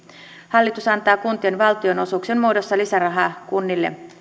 hallitus antaa kuntien valtionosuuksien muodossa lisärahaa kunnille